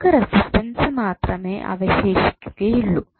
നമുക്ക് റസിസ്റ്റൻസ് മാത്രമേ അവശേഷിക്കുകയുള്ളൂ